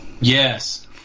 Yes